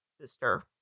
Sister